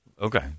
Okay